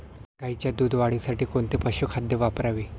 गाईच्या दूध वाढीसाठी कोणते पशुखाद्य वापरावे?